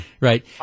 right